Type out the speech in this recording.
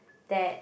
that